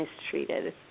mistreated